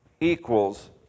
equals